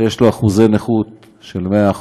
שיש לו נכות של 100%,